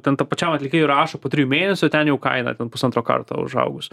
ten tam pačiam atlikėjui rašo po trijų mėnesių ten jau kaina ten pusantro karto užaugus